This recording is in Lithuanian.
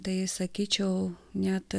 tai sakyčiau net